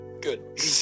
Good